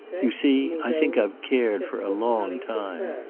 you see, i think i've cared for a long time.